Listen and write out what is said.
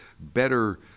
better